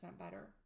better